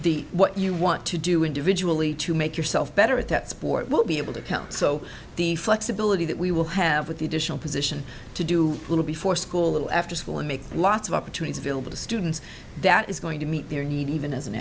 the what you want to do individually to make yourself better at that support won't be able to count so the flexibility that we will have with the additional position to do a little before school after school and make lots of opportunities available to students that is going to meet their need even as an